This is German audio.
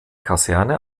kaserne